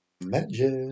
Magic